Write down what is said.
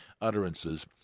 utterances